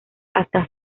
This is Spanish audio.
hasta